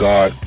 God